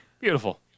Beautiful